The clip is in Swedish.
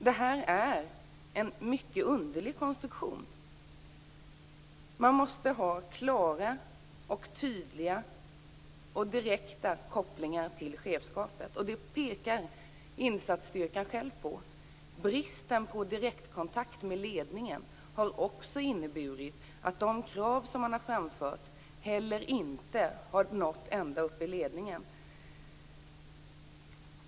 Det är en mycket underlig konstruktion. Man måste ha klara, tydliga och direkta kopplingar till chefskapet. Insatsstyrkan pekar själv på att bristen på direktkontakt med ledningen också har inneburit att de krav som man har framfört inte har nått ända upp till ledningen.